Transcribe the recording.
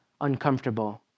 uncomfortable